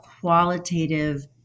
qualitative